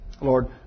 Lord